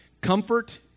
comfort